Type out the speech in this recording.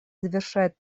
завершает